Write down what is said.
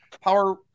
Power